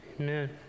amen